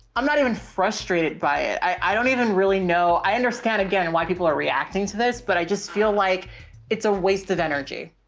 i'm not even frustrated by it. i don't even really know. i understand again and why people ah reacting to this, but i just feel like it's a waste of energy.